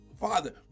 Father